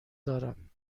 دارم